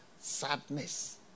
sadness